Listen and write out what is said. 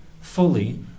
fully